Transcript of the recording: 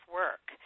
work